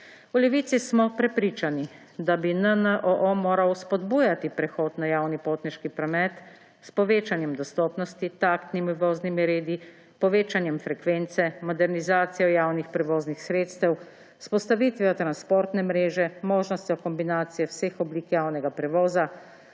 V Levici smo prepričani, da bi NNOO moral spodbujati prehod na javni potniški promet s povečanjem dostopnosti, taktnimi voznimi redi, povečanjem frekvence, modernizacijo javnih prevoznih sredstev, vzpostavitvijo transportne mreže, možnostjo kombinacije vseh oblik javnega prevoza.